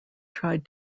tried